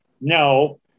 no